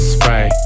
Spray